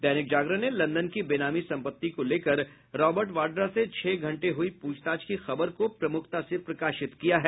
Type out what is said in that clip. दैनिक जागरण ने लंदन की बेनामी संपत्ति को लेकर रॉबर्ट वाड्रा से छह घंटे हुई प्रछताछ की खबर को प्रमुखता से प्रकाशित किया है